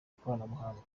ikoranabuhanga